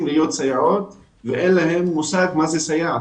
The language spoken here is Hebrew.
להיות סייעות כשאין להם מושג מה זה סייעת.